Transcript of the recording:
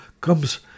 comes